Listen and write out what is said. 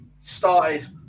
started